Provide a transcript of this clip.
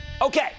Okay